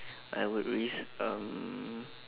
I would risk um